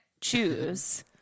choose